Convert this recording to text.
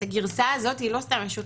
את הגרסה הזאת לא סתם יש אותה.